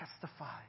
testify